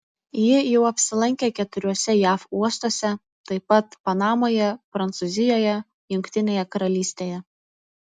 ji jau apsilankė keturiuose jav uostuose taip pat panamoje prancūzijoje jungtinėje karalystėje